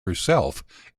herself